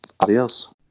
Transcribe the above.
Adios